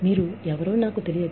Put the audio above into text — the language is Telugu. మీరు ఎవరో నాకు తెలియదు